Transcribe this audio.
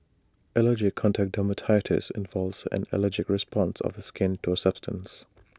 allergic contact dermatitis involves an allergic response of the skin to A substance